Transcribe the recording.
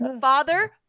father